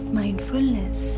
mindfulness